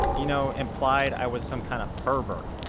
you know, implied i was some kind of pervert.